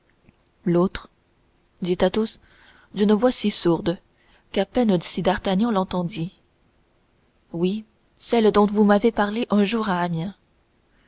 l'autre dit athos d'une voix si sourde qu'à peine si d'artagnan l'entendit oui celle dont vous m'avez parlé un jour à